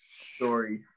story